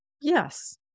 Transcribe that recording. Yes